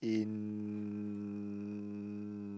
in